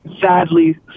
Sadly